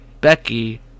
Becky